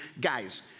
Guys